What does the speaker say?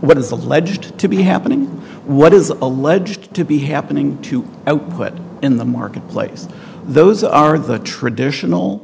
what is alleged to be happening what is alleged to be happening to output in the marketplace those are the traditional